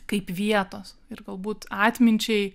kaip vietos ir galbūt atminčiai